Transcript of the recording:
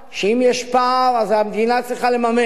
ואם יש פער, אז המדינה צריכה לממן.